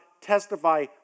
testify